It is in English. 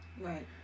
right